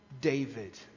David